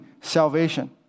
salvation